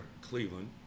Cleveland